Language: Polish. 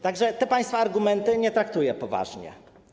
Tak że tych państwa argumentów nie traktuję poważnie.